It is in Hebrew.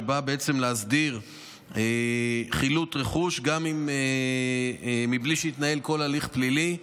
שבאה בעצם להסדיר חילוט רכוש גם בלי שהתנהל כל הליך פלילי,